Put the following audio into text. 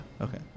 Okay